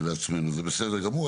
לעצמנו, זה בסדר גמור.